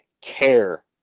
care